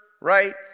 right